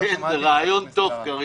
זה רעיון טוב, קארין.